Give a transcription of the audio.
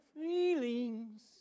feelings